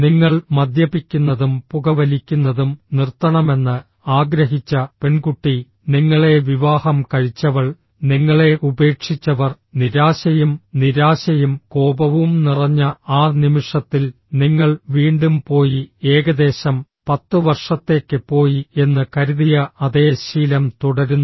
നിങ്ങൾ മദ്യപിക്കുന്നതും പുകവലിക്കുന്നതും നിർത്തണമെന്ന് ആഗ്രഹിച്ച പെൺകുട്ടി നിങ്ങളെ വിവാഹം കഴിച്ചവൾ നിങ്ങളെ ഉപേക്ഷിച്ചവർ നിരാശയും നിരാശയും കോപവും നിറഞ്ഞ ആ നിമിഷത്തിൽ നിങ്ങൾ വീണ്ടും പോയി ഏകദേശം 10 വർഷത്തേക്ക് പോയി എന്ന് കരുതിയ അതേ ശീലം തുടരുന്നു